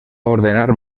ordenar